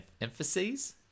emphases